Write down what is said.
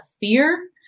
fear